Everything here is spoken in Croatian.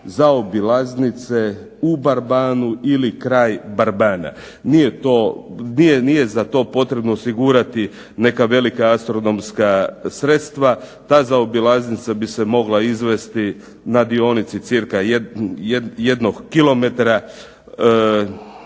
za obilaznice u Barbanu ili kraj Barabana. Nije za to potrebno osigurati neka velika astronomska sredstva. Ta zaobilaznica bi se mogla izvesti na dionici cca jednog km